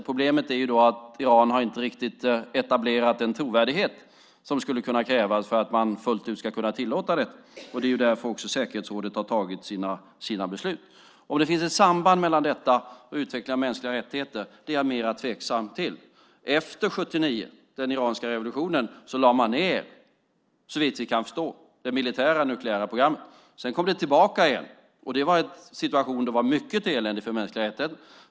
Problemet är då att Iran inte riktigt har etablerat den trovärdighet som skulle kunna krävas för att man fullt ut ska tillåta detta, och det är därför säkerhetsrådet har tagit sina beslut. Om det finns ett samband mellan detta och utvecklingen av mänskliga rättigheter är jag mer tveksam till. Efter 1979 och den iranska revolutionen lade man, såvitt vi kan förstå, ned det militära nukleära programmet. Sedan kom det tillbaka igen, och det var i en situation då det var mycket eländigt för mänskliga rättigheter.